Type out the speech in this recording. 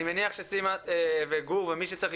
אני מניח שסימה וגור או מי שצריך,